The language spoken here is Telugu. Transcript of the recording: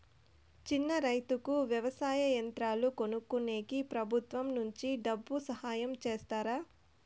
చిన్న రైతుకు వ్యవసాయ యంత్రాలు కొనుక్కునేకి ప్రభుత్వం నుంచి డబ్బు సహాయం చేస్తారా?